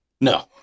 No